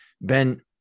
Ben